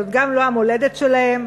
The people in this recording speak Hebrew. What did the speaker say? זו גם לא המולדת שלהם,